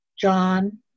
John